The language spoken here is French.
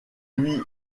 lui